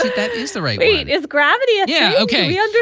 that is the rate rate is gravity. and yeah. okay. yeah. and